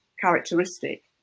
characteristic